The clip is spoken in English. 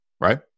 right